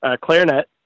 clarinet